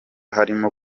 harimo